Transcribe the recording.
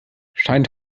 scheint